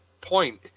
point